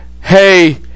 Hey